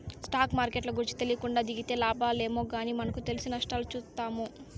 stock మార్కెట్ల గూర్చి తెలీకుండా దిగితే లాబాలేమో గానీ మనకు తెలిసి నష్టాలు చూత్తాము